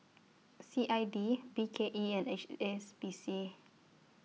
C I D B K E and H S B C